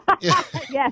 Yes